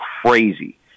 crazy